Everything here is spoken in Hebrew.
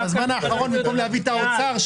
בזמן האחרון במקום להביא את משרד האוצר,